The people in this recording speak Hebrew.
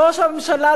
ראש הממשלה,